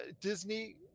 Disney